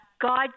God